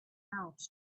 out